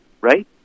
right